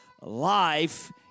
Life